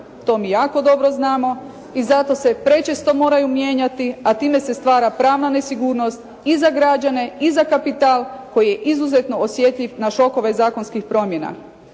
To mi jako dobro znamo. I zato se prečesto moraju mijenjati, a time se stvara pravna nesigurnost i za građane i za kapital koji je izuzetno osjetljiv na šokove zakonskih promjena.